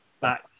back